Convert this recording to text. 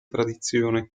tradizione